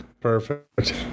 Perfect